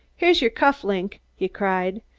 here's your cuff-link, he cried.